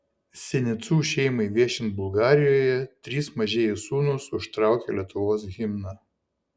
sinicų šeimai viešint bulgarijoje trys mažieji sūnūs užtraukė lietuvos himną